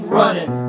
running